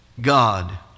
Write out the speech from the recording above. God